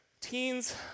Teens